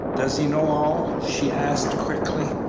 does he know all? she asked, quickly.